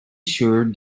sure